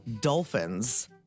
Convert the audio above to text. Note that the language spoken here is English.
dolphins